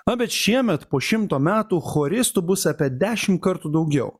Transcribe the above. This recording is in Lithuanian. na bet šiemet po šimto metų choristų bus apie dešimt kartų daugiau